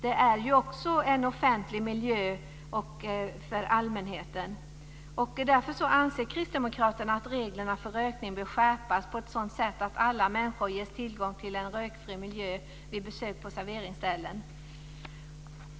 Detta är också en offentlig miljö för allmänheten. Därför anser kristdemokraterna att reglerna för rökning bör skärpas på ett sådant sätt att alla människor ges tillgång till en rökfri miljö vid besök på serveringsställen.